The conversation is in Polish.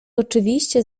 oczywiście